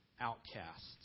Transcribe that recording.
outcasts